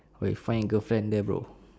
[what] find girlfriend there bro